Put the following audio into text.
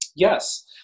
Yes